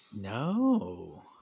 no